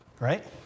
right